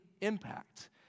impact